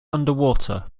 underwater